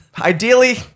Ideally